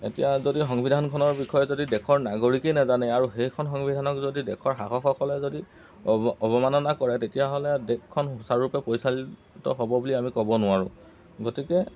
এতিয়া যদি সংবিধানখনৰ বিষয়ে যদি দেশৰ নাগৰিকেই নেজানে আৰু সেইখন সংবিধানক যদি দেশৰ শাসকসকলে যদি অৱমাননা কৰে তেতিয়াহ'লে দেশখন সুচাৰুৰূপে পৰিচালিত হ'ব বুলি আমি ক'ব নোৱাৰোঁ গতিকে